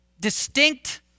distinct